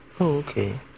Okay